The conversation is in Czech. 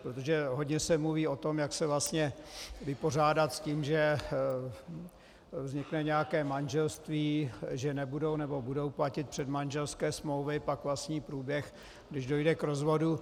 Protože hodně se mluví o tom, jak se vlastně vypořádat s tím, že vznikne nějaké manželství, že nebudou nebo budou platit předmanželské smlouvy, pak vlastní průběh, když dojde k rozvodu.